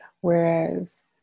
Whereas